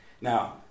Now